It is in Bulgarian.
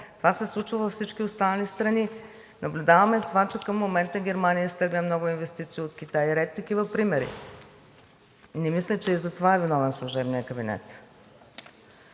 а се случва във всички останали страни. Наблюдаваме това, че към момента Германия изтегля много инвестиции от Китай – ред такива примери. Не мисля, че и за това е виновен служебният кабинет.